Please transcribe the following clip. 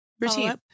Routine